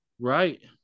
right